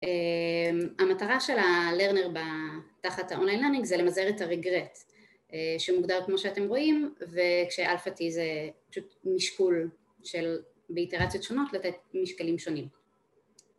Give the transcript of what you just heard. המטרה של הלרנר בתחת ה-online learning זה למזער את הרגרט שמוגדר כמו שאתם רואים, וכש-Alpha-T זה פשוט משקול של באיטרציות שונות לתת משקלים שונים.